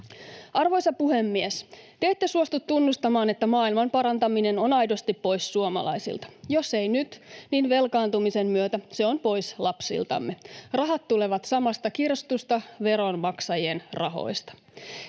Arvoisa puhemies! Te ette suostu tunnustamaan, että maailman parantaminen on aidosti pois suomalaisilta. Jos ei nyt, niin velkaantumisen myötä se on pois lapsiltamme. Rahat tulevat samasta kirstusta, veronmaksajien rahoista.